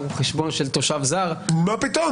חשבון של תושב זר --- מה פתאום?